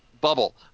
bubble